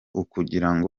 ukugira